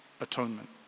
atonement